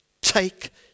Take